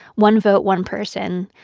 one vote, one person.